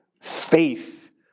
faith